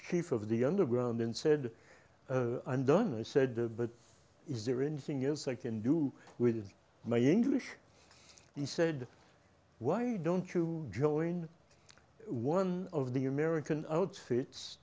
chief of the underground and said and done i said the is there anything else i can do with my english he said why don't you join one of the american outfits